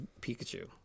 Pikachu